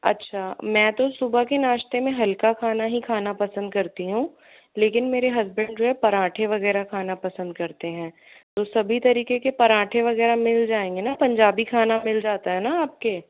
अच्छा मैं तो सुबह के नाश्ते में हल्का खाना ही खाना ही पसंद करती हूँ लेकिन मेरे हसबेन्ड जो है वो पराठे वगैरह खाना पसंद करते हैं तो सभी तरीके के पराठे वगैरह मिल जाएंगे न पंजाबी खाना मिल जाता है न आपके